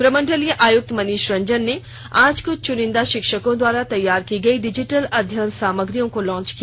प्रमंडलीय आयुक्त मनीष रंजन ने आज कुछ चुनिंदा शिक्षकों द्वारा तैयार की गई डिजिटल अध्ययन सामग्रियों को लाँच किया